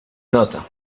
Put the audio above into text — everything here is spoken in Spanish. nota